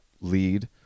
lead